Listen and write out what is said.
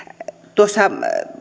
tuossa